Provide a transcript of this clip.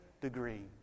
degree